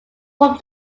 from